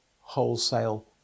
wholesale